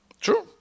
True